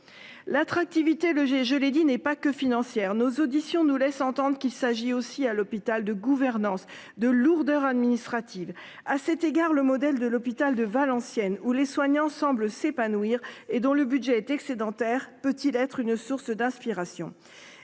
l'attractivité le je l'ai dit, n'est pas que financière, nos auditions nous laisse entendre qu'il s'agit aussi à l'hôpital de gouvernance de lourdeurs administratives à cet égard, le modèle de l'hôpital de Valenciennes où les soignants semble s'épanouir et dont le budget excédentaire peut-il être une source d'inspiration.